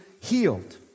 healed